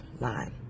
line